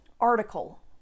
article